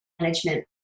management